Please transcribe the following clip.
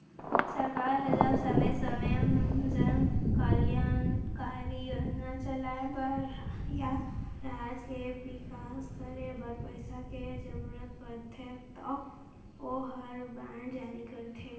सरकार ह जब समे समे जन कल्यानकारी योजना चलाय बर या राज के बिकास करे बर पइसा के जरूरत परथे तौ ओहर बांड जारी करथे